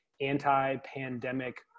anti-pandemic